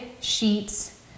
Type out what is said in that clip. sheets